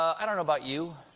i don't know about you,